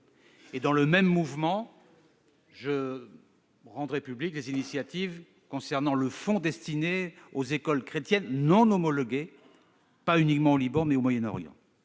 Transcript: Dans le même mouvement, je rendrai publiques les initiatives concernant le Fonds destiné aux écoles chrétiennes non homologuées, au Liban et ailleurs au Moyen-Orient,